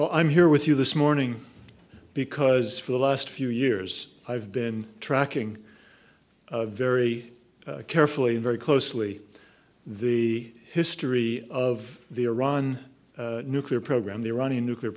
well i'm here with you this morning because for the last few years i've been tracking very carefully very closely the history of the iran nuclear program the iranian nuclear